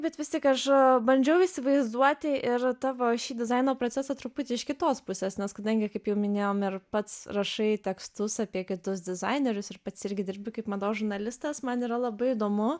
bet vis tik aš bandžiau įsivaizduoti ir tavo šį dizaino procesą truputį iš kitos pusės nes kadangi kaip jau minėjom ir pats rašai tekstus apie kitus dizainerius ir pats irgi dirbi kaip mados žurnalistas man yra labai įdomu